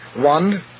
one